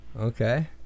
Okay